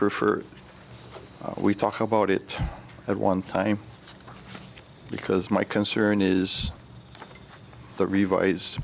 prefer we talk about it at one time because my concern is the revised